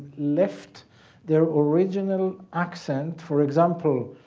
left their original accent for example,